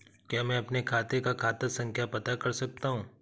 क्या मैं अपने खाते का खाता संख्या पता कर सकता हूँ?